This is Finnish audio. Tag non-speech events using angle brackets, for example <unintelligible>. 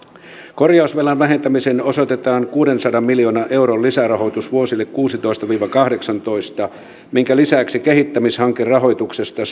korjausvelan vähentämiseen osoitetaan kuudensadan miljoonan euron lisärahoitus vuosille kuusitoista viiva kahdeksantoista minkä lisäksi kehittämishankerahoituksesta <unintelligible>